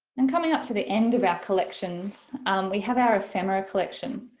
and coming up to the end of our collections we have our ephemera collection.